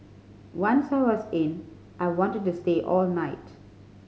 once I was in I wanted to stay all night